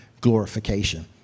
glorification